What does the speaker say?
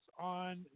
on